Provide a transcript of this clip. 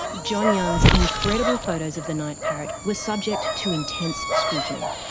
john young's incredible photos of the night parrot were subject to intense scrutiny.